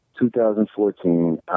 2014